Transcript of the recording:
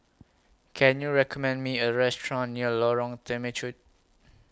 Can YOU recommend Me A Restaurant near Lorong Temechut